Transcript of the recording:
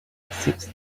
exist